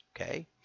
okay